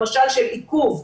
למשל של עיכוב,